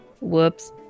whoops